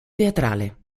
teatrale